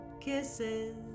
kisses